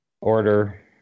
order